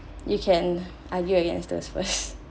you can argue against these first